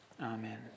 amen